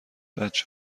بچه